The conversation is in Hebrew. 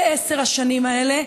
בעשר השנים האלה,